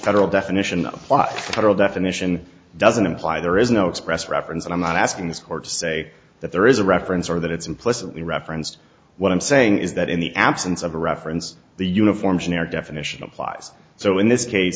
federal definition of plot federal definition doesn't imply there is no expressed preference and i'm not asking this court to say that there is a reference or that it's implicitly referenced what i'm saying is that in the absence of a reference the uniform generic definition applies so in this case